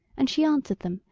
and she answered them,